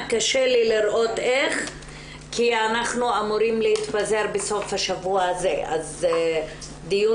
קשה לי לראות איך כי אנחנו אמורים להתפזר בסוף השבוע הזה אז דיון